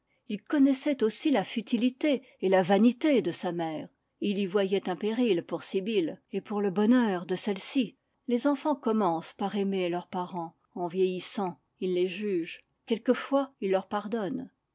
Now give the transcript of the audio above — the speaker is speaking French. il connaissait aussi la futilité et la vanité de sa mère et il y voyait un péril pour sibyl et pour le bonheur de celle-ci les enfants commencent par aimer leurs parents en vieillissant ils les jugent quelquefois ils leur pardonnent